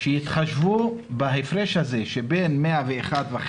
שבאמת יתחשבו בהפרש הזה של בין 101.5%